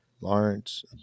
Lawrence